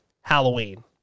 Halloween